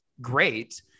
great